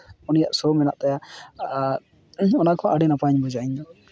ᱩᱱᱤᱭᱟᱜ ᱥᱳ ᱢᱮᱱᱟᱜ ᱛᱟᱭᱟ ᱟᱨ ᱤᱧ ᱚᱱᱟᱠᱚ ᱟᱹᱰᱤ ᱱᱟᱯᱟᱭᱤᱧ ᱵᱩᱡᱟ ᱤᱧᱫᱚ